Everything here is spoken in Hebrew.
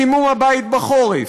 חימום הבית בחורף,